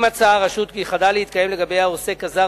אם מצאה הרשות כי חדל להתקיים לגבי העוסק הזר